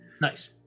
Nice